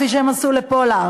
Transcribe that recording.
כפי שהם עשו לפולארד?